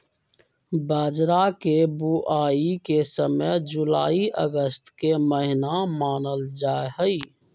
बाजरा के बुवाई के समय जुलाई अगस्त के महीना मानल जाहई